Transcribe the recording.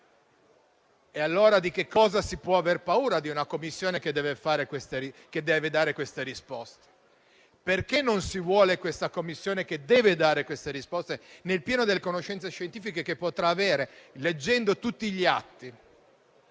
quindi in cosa può far paura una Commissione che deve dare queste risposte, perché non si vuole questa Commissione che deve dare queste risposte nel pieno delle conoscenze scientifiche che potrà avere leggendo tutti gli atti?